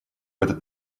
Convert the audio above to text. этот